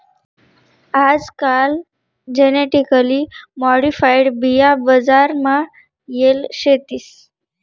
आजकाल genetically modified बिया बजार मा येल शेतीस